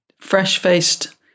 fresh-faced